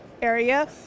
area